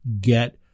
Get